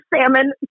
salmon